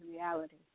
reality